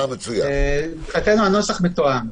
מבחינתנו הנוסח מתואם.